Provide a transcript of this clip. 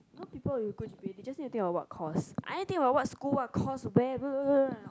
a lot people will just say you just need to think about course I need to think to what school what course where